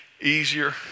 easier